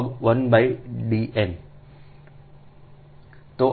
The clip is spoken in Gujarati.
log 1 D n